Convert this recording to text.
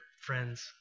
friends